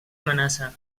amenaça